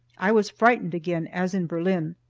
i was frightened again as in berlin.